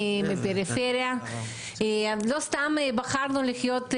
הדבר הזה אנחנו צריכים למנוע.